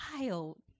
child